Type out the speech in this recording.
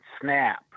snap